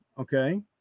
Okay